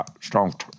strong